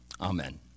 Amen